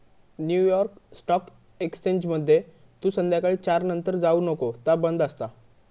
new York stock एक्सचेंजमध्ये तू संध्याकाळी चार नंतर जाऊ नको ता बंद असता